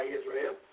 Israel